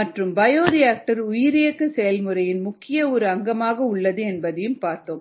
மற்றும் பயோரியாக்டர் உயிரியக்க செயல்முறையின் முக்கியமான ஒரு அங்கமாக உள்ளது என்பதை நாம் பார்த்தோம்